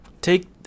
Take